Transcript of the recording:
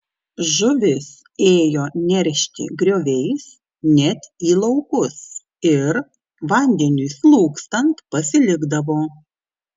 žuvis ėjo neršti grioviais net į laukus ir vandeniui slūgstant pasilikdavo